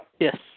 Yes